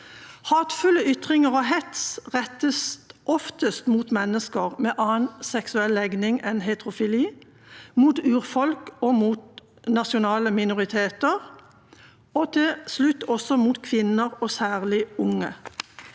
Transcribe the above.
Hatefulle ytringer og hets rettes oftest mot mennesker med annen seksuell legning enn heterofili, mot urfolk, mot nasjonale minoriteter og også mot kvinner, særlig unge.